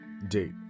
Date